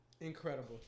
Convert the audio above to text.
Incredible